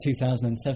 2007